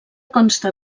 consta